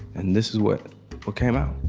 and this is what came out